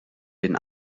den